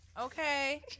Okay